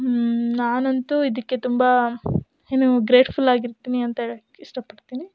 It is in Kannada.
ನಾನಂತೂ ಇದಕ್ಕೆ ತುಂಬ ಏನು ಗ್ರೇಟ್ಫುಲ್ ಆಗಿರ್ತೀನಿ ಅಂತ ಹೇಳಕ್ ಇಷ್ಟ ಪಡ್ತೀನಿ